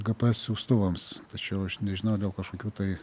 gps siųstuvams tačiau aš nežinau dėl kažkokių tai